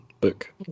book